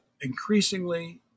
Increasingly